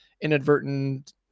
inadvertent